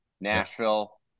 Nashville